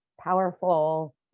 powerful